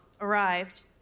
arrived